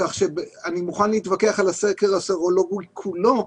כך שאני מוכן להתווכח על הסקר הסרולוגי כולו,